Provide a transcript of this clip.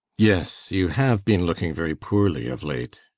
yes, you have been looking very poorly of late.